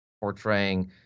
portraying